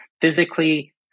physically